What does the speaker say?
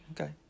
Okay